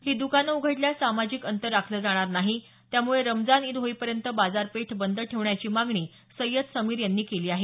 ही दुकानं उघडल्यास सामाजिक अंतर राखलं जाणार नाही त्यामुळे रमजान ईद होईपर्यंत बाजारपेठ बंद ठेवण्याची मागणी सय्यद समीर यांनी केली आहे